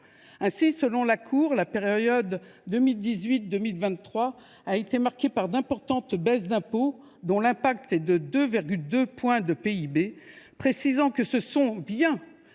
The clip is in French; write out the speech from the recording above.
t elle que la « période 2018 2023 a été marquée par d’importantes baisses d’impôts, dont l’impact est [de] 2,2 points de PIB », précisant que ce sont bien